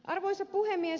arvoisa puhemies